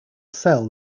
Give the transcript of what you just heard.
cell